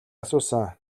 асуусан